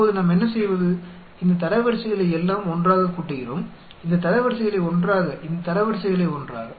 இப்போது நாம் என்ன செய்வது இந்த தரவரிசைகளை எல்லாம் ஒன்றாக கூட்டுகிறோம் இந்த தரவரிசைகளை ஒன்றாக இந்த தரவரிசைகளை ஒன்றாக